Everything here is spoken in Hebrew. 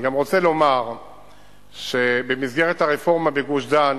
אני גם רוצה לומר שבמסגרת הרפורמה בגוש-דן,